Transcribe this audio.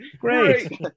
great